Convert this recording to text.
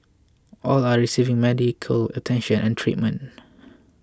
all are receiving medical attention and treatment